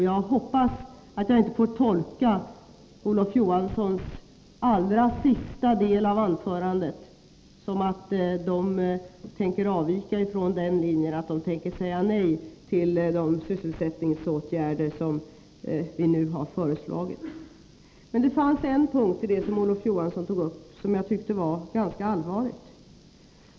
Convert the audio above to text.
Jag hoppas att jag inte skall tolka den allra sista delen av Olof Johanssons anförande som att centern tänker avvika från den linjen och säga nej till de sysselsättningsåtgärder som vi nu har föreslagit. Men det fanns en punkt i det som Olof Johansson tog upp som jag tyckte var ganska allvarlig.